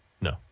No